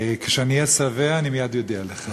כשאני אהיה שבע אני מייד אודיע לך.